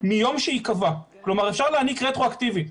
מיום שייקבע, כלומר אפשר להעניק רטרואקטיבי.